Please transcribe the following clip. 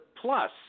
plus